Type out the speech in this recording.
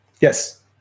Yes